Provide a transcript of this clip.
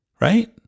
Right